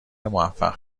موفق